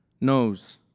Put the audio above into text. knows